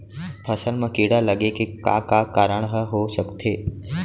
फसल म कीड़ा लगे के का का कारण ह हो सकथे?